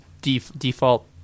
default